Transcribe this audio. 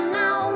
now